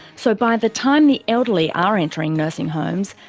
so by the time the elderly are entering nursing homes,